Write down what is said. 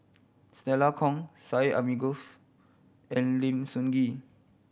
Stella Kon Syed Alsagoff and Lim Sun Gee